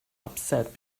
upset